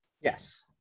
yes